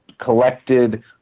collected